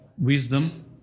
wisdom